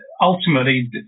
ultimately